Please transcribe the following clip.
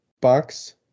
box